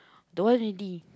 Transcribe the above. don't want already